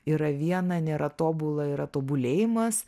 yra viena nėra tobula yra tobulėjimas